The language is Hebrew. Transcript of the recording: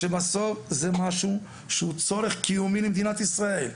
שבסוף זה משהו שהוא צורך קיומי למדינת ישראל,